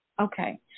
Okay